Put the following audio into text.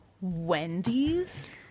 Wendy's